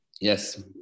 yes